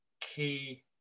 key